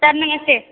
sir